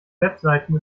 webseiten